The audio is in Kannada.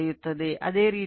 ಅದೇ ರೀತಿ N2 E2 4